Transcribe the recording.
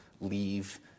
leave